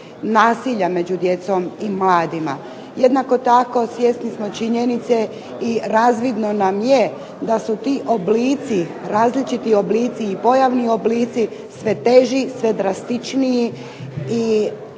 nasilja među djecom i mladima. Jednako tako svjesni smo činjenice i razvidno nam je da su ti oblici i pojavni oblici sve teži, sve drastičniji i jasno